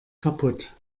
kaputt